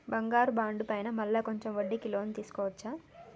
బంగారు బాండు పైన మళ్ళా కొంచెం వడ్డీకి లోన్ తీసుకోవచ్చా?